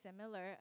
similar